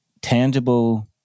tangible